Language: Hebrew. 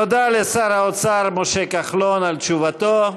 תודה לשר האוצר משה כחלון על תשובתו.